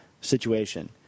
situation